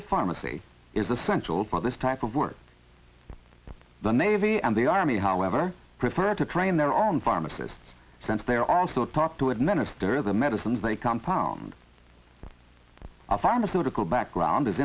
of pharmacy is essential for this type of work the navy and the army however prefer to train their own pharmacists since they're also taught to administer the medicines they can pound our pharmaceutical background is